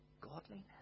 godliness